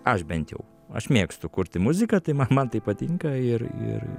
aš bent jau aš mėgstu kurti muziką tai ma man tai patinka ir ir